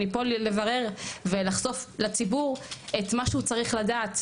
אני פה לברר ולחשוף לציבור את מה שהוא צריך לדעת,